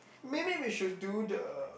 maybe we should do the